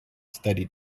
studied